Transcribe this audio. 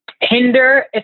hinder